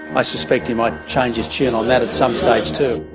i suspect he might change his tune on that at some stage too.